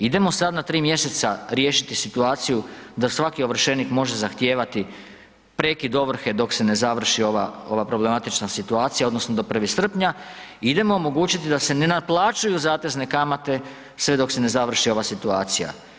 Idemo sad na 3 mjeseca riješiti situaciju da svaki ovršenik može zahtijevati prekid ovrhe dok se ne završi ova problematična situacija odnosno do 1. srpnja, idemo omogućiti da se ne naplaćuju zatezne kamate sve dok se ne završi ova situacija.